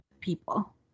people